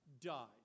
died